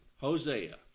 Hosea